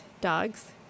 dogs